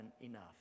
enough